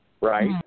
Right